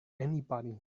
anybody